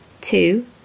two